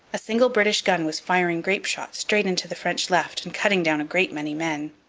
a single british gun was firing grape-shot straight into the french left and cutting down a great many men.